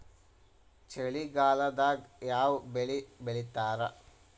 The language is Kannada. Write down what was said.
ಚಳಿಗಾಲದಾಗ್ ಯಾವ್ ಬೆಳಿ ಬೆಳಿತಾರ?